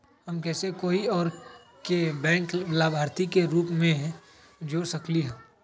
हम कैसे कोई और के बैंक लाभार्थी के रूप में जोर सकली ह?